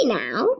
now